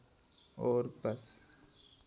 और बस